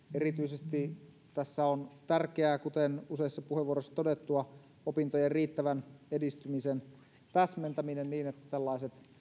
erityisesti tässä on tärkeää kuten useissa puheenvuoroissa on todettu opintojen riittävän edistymisen täsmentäminen niin että tällaiset